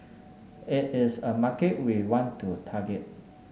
it is a market we want to target